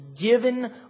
given